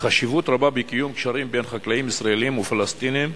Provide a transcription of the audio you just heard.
חשיבות רבה בקיום קשרים בין חקלאים ישראלים ופלסטינים,